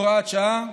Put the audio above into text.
(הוראת שעה).